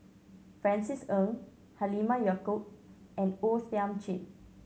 Francis Ng Halimah Yacob and O Thiam Chin